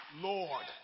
Lord